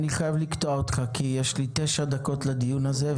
אני חייב לקטוע אותך כי יש לי 9 דקות לדיון הזה.